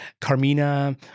Carmina